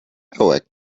our